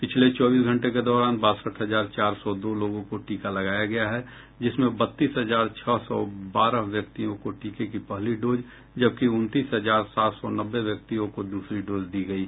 पिछले चौबीस घंटे के दौरान बासठ हजार चार सौ दो लोगों को टीका लगाया गया है जिसमें बत्तीस हजार छह सौ बारह व्यक्तियों को टीके की पहली डोज जबकि उनतीस हजार सात सौ नब्बे व्यक्तियों को दूसरी डोज दी गयी